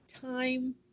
time